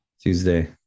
Tuesday